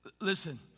Listen